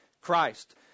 Christ